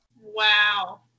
wow